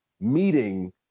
meeting